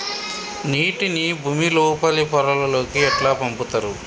నీటిని భుమి లోపలి పొరలలోకి ఎట్లా పంపుతరు?